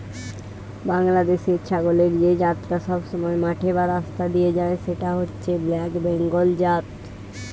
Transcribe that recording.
বাংলাদেশের ছাগলের যে জাতটা সবসময় মাঠে বা রাস্তা দিয়ে যায় সেটা হচ্ছে ব্ল্যাক বেঙ্গল জাত